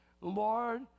Lord